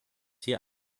hier